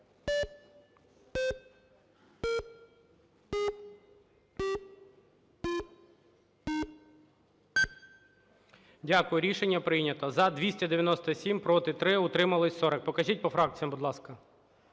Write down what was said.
Дякую, рішення прийнято. За – 297, проти – 3, утримались – 40. Покажіть по фракціях, будь ласка.